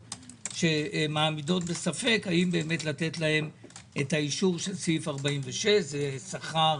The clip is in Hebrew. אך מעמידות בספק האם לתת להם את האישור של סעיף 46. זה שכר